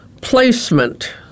Placement